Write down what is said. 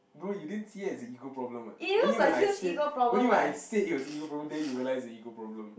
no you didn't see it as a ego problem what only when I said only when I said it was ego problem then you realize a ego problem